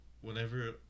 whenever